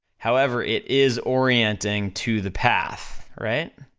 however, it is orienting to the path, right?